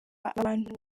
abantu